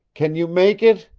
can you make it?